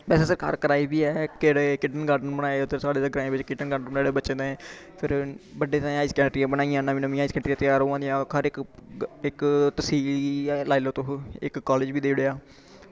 बैसे सरकार करा दी बी ऐ इक जेह्ड़े किंडन गार्टन बनाए ते साढ़े उध्दर ग्राऐं बिच्च किंडन गार्टन बनाई ओड़े बच्चें तांई फिर बच्चें तांई हाईर स्कैंडरियां बनाइयां नमी नमियां हाईर स्कैंडरियां त्यार होआ दियां इक तसील ई ऐ लाई लैओ तुस इक कालेज बी देई ओड़ेआ